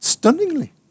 Stunningly